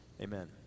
Amen